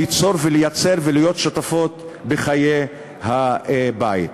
ליצור ולייצר ולהיות שותפות בחיי הבית.